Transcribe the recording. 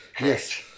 Yes